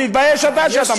תתבייש אתה שאתה מצביע נגד.